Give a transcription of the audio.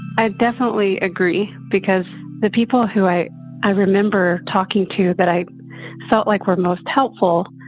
i definitely agree because the people who i i remember talking to that i felt like were most helpful.